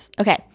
okay